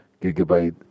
gigabyte